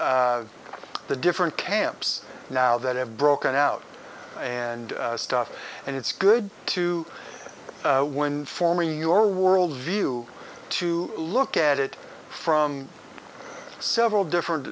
the different camps now that have broken out and stuff and it's good to when forming your worldview to look at it from several different